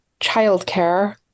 childcare